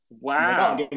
wow